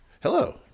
Hello